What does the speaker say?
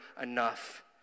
enough